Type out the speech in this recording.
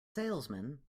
salesman